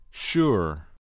Sure